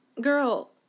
girl